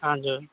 हजुर